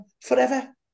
forever